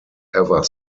ever